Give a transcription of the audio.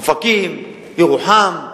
אופקים, ירוחם,